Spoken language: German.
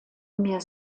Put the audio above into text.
mir